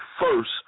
first